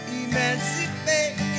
emancipate